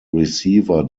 receiver